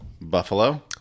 Buffalo